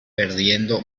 perdiendo